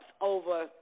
over